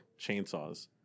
chainsaws